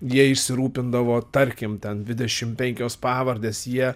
jie išsirūpindavo tarkim ten dvidešim penkios pavardės jie